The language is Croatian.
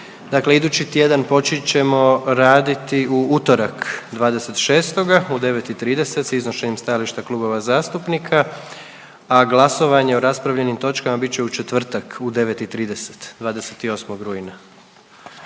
idući tjedan počet ćemo raditi u utorak 26. u 9 i 30 s iznošenjem stajališta klubova zastupnika, a glasovanje o raspravljenim točkama bit će u četvrtak u 9 i 30, 28. rujna,